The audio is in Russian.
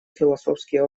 философские